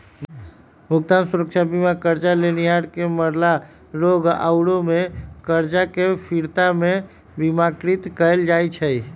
भुगतान सुरक्षा बीमा करजा लेनिहार के मरला, रोग आउरो में करजा के फिरता के बिमाकृत कयल जाइ छइ